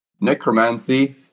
necromancy